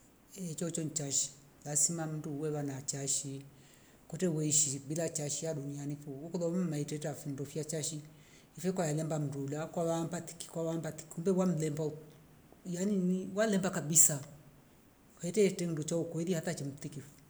Eehh chocho nchashi lazima mndu wewa na chaashi kwete weishi bila chasiha dunia fo kulo maiteta findoya chashi ifiwe kwae mlemba mndula kwa wambatiki kwa wambatiki kumbe wamblema wo yani nii walemba kabisa kwwa hitete nducha ukweli ata chimtikifo